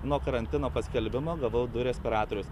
nuo karantino paskelbimo gavau du respiratorius